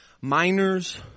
Minors